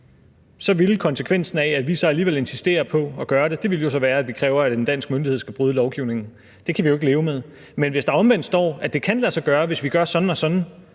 – ville konsekvensen af, at vi alligevel insisterer på at gøre det, jo så være, at vi kræver, at en dansk myndighed skal bryde lovgivningen. Det kan vi jo ikke leve med. Men hvis der omvendt står, at det kan lade sig gøre, hvis vi gør sådan og sådan,